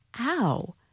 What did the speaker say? ow